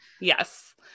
Yes